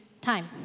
time